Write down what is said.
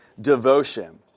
devotion